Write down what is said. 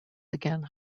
again